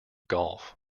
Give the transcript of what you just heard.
golf